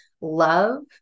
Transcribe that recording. love